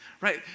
right